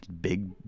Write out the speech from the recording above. Big